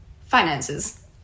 finances